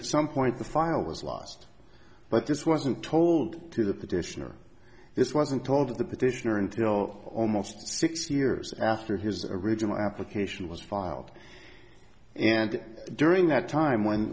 that some point the file was lost but this wasn't told to the petitioner this wasn't told to the petitioner until almost six years after his original application was filed and during that time when